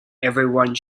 everyone